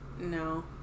No